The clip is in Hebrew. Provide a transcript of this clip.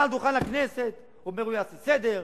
אומר מעל דוכן הכנסת: הוא יעשה סדר,